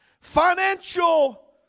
Financial